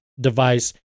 device